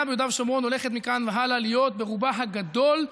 ביהודה ושומרון הולכת מכאן והלאה להיות ברובה הגדול,